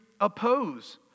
oppose